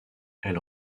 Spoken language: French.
elle